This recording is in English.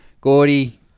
Gordy